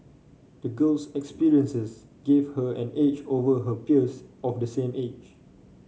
the girl's experiences gave her an edge over her peers of the same age